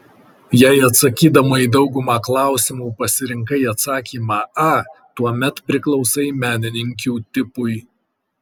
jei atsakydama į daugumą klausimų pasirinkai atsakymą a tuomet priklausai menininkių tipui